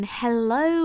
hello